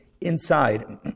inside